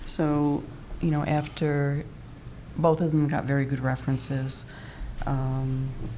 so you know after both of them got very good references